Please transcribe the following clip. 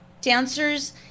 Dancers